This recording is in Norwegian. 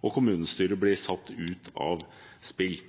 deleforbud. Kommunestyret blir satt ut av spill.